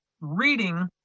reading